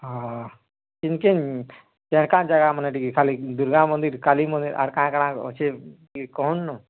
ହଁ କେନ୍କେ କାହାର୍ କାହାର୍ ଜାଗାମାନେ ଟିକେ ଖାଲି ଦୁର୍ଗା ମନ୍ଦିର୍ କାଲି ମନ୍ଦିର୍ ଆର୍ କା'ଣା କା'ଣା ଅଛେ ଟିକେ କହୁନ୍ ନ